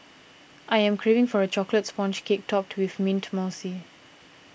I am craving for a Chocolate Sponge Cake Topped with Mint Mousse